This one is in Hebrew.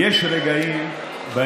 מאוד.